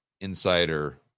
Insider